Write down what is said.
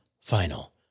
final